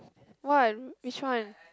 what which one